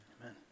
amen